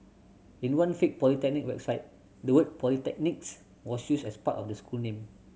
in one fake polytechnic website the word Polytechnics was used as part of the school name